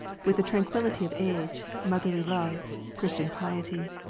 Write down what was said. with the tranquillity of age, motherly love, christian piety.